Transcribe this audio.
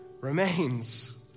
Remains